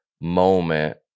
moment